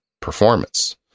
performance